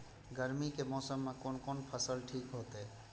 गर्मी के मौसम में कोन कोन फसल ठीक होते?